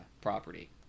property